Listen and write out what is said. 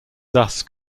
thus